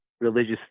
religious